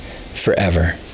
forever